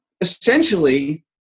essentially